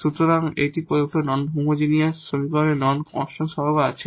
সুতরাং এটি প্রদত্ত নন হোমোজিনিয়াস সমীকরণের নন কনস্ট্যান্ট কোইফিসিয়েন্ট আছে